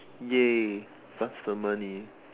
!yay! faster money